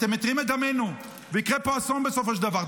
אתם מתירים את דמנו, ויקרה פה אסון בסופו של דבר.